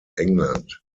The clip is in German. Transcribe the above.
england